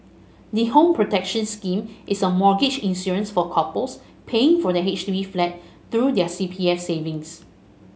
the Home Protection Scheme is a mortgage insurance for couples paying for their H D B flat through their C P F savings